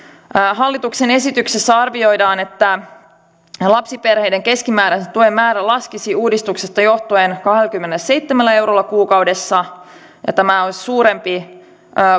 hallituksen esityksessä arvioidaan että lapsiperheiden keskimääräisen tuen määrä laskisi uudistuksesta johtuen kahdellakymmenelläseitsemällä eurolla kuukaudessa ja tämä olisi suurempi